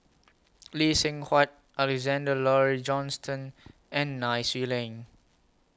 Lee Seng Huat Alexander Laurie Johnston and Nai Swee Leng